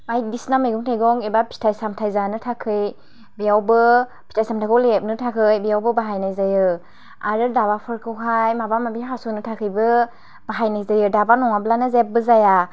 बायदिसिना मैगं थायगं एबा फिथाय सामथाय जानो थाखाय बेयावबो फिथाय सामथायखौ लेबनो थाखाय बेयावबो बाहायनाय जायो आरो दाबाफोरखौहाय माबा माबि हास'नो थाखायबो बाहायनाय जायो दाबा नङाब्लानो जेबो जाया